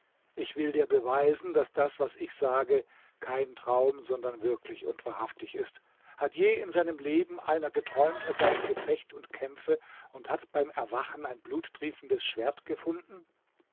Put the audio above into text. ich will dir beweisen daß das was ich sage kein traum sondern wirklich und wahrhaftig ist hat je in seinem leben einer geträumt er sei im gefecht und kämpfe und hat beim erwachen ein bluttriefendes schwert gefunden